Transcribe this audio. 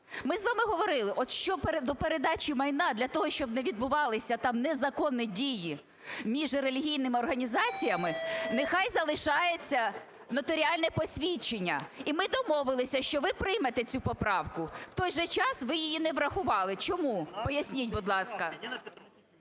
Ми з вами говорили, от щодо передачі майна для того, щоб не відбувалися там незаконні дії між релігійними організаціями, нехай залишається нотаріальне посвідчення. І ми домовилися, що ви приймете цю поправку. В той же час ви її не врахували. Чому, поясніть, будь ласка?